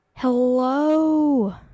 Hello